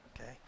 okay